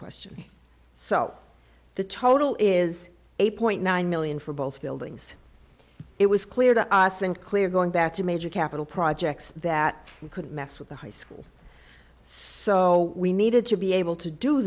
question so the total is eight point nine million for both buildings it was clear to us and clear going back to major capital projects that we couldn't mess with the high school so we needed to be able to do